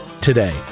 today